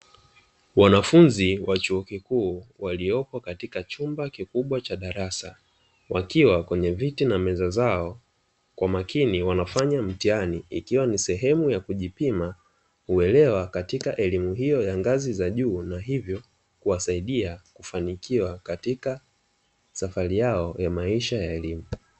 Wanafunzi wa chuo kikuu waliopo katika chumba kikubwa cha darasa; wakiwa kwenye viti na meza zao kwa makini wanafanya mtihani ikiwa ni sehemu ya kujipima uelewa katika elimu hiyo ya ngazi ya juu na hivyo kuwasaidia kufanikiwa katika safari yao ya maisha ya elimu.